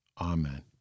Amen